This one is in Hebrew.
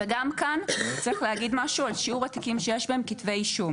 וגם כאן צריך להגיד משהו על שיעור התיקים בהם הוגשו כתבי אישום.